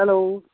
hello